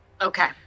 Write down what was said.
okay